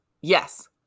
Yes